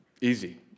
easy